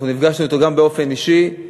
אנחנו פגשנו בו גם באופן אישי.